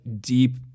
deep